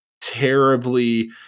terribly